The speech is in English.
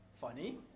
funny